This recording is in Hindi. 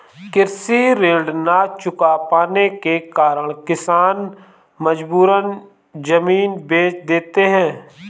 कृषि ऋण न चुका पाने के कारण किसान मजबूरन जमीन बेच देते हैं